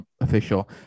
official